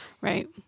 Right